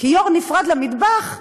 כיור נפרד למטבח,